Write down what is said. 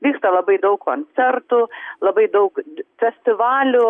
vyksta labai daug koncertų labai daug festivalių